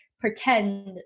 Pretend